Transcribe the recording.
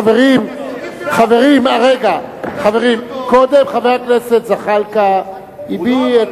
חברים, קודם חבר הכנסת זחאלקה הביא את